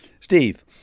Steve